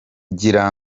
kugira